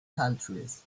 countries